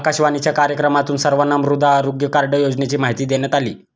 आकाशवाणीच्या कार्यक्रमातून सर्वांना मृदा आरोग्य कार्ड योजनेची माहिती देण्यात आली